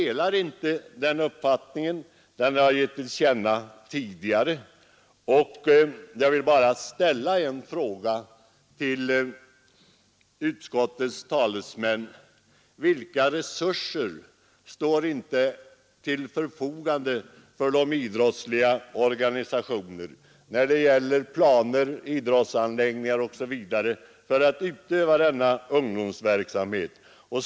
Jag delar inte den uppfattningen — det har jag gett till känna tidigare — och jag vill säga till utskottets talesmän: Vilka resurser står inte till förfogande för de idrottsliga organisationerna när det gäller planer, idrottsanläggningar osv. för att utöva denna ungdomsverksamhet!